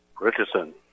Richardson